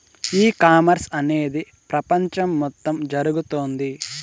ఈ కామర్స్ అనేది ప్రపంచం మొత్తం జరుగుతోంది